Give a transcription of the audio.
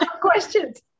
questions